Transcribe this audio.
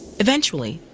eventually,